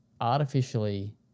artificially